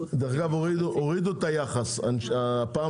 דרך אגב, הורידו את היחס.